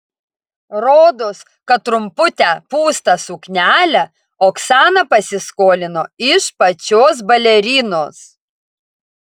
rodos kad trumputę pūstą suknelę oksana pasiskolino iš pačios balerinos